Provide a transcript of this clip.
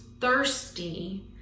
thirsty